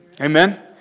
Amen